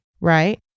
right